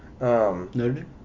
Noted